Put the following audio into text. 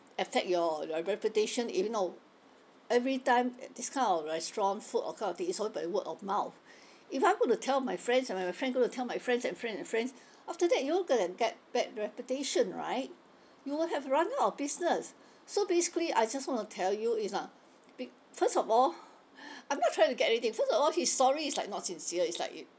affect your your reputation you know every time uh this kind of restaurant food or kind of thing is always by word of mouth if I'm gonna tell my friends and my friend gonna tell my friends and friend and friends after that you all gonna get bad reputation right you would have run out of business so basically I just wanna tell you it's not be first of all I'm not trying to get anything first of all his sorry is like not sincere it's like